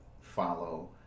follow